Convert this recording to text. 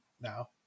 now